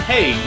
Hey